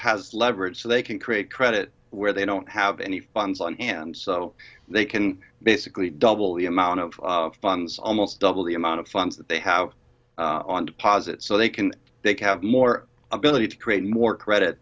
has leverage so they can create credit where they don't have any funds on hand so they can basically double the amount of funds almost double the amount of funds that they have on deposit so they can they have more ability to create more credit